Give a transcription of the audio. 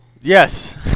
yes